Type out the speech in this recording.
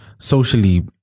Socially